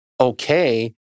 okay